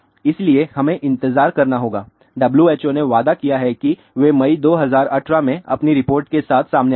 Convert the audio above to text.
इसलिए हमें इंतजार करना होगा WHO ने वादा किया है कि वे मई 2018 में अपनी रिपोर्ट के साथ सामने आएंगे